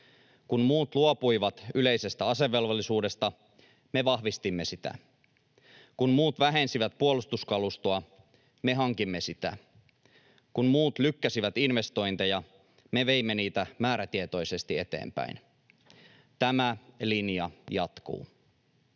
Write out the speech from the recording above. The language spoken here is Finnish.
Kun muut luopuivat yleisestä asevelvollisuudesta, me vahvistimme sitä. Kun muut vähensivät puolustuskalustoa, me hankimme sitä. Kun muut lykkäsivät investointeja, me veimme niitä määrätietoisesti eteenpäin. Tämä linja jatkuu.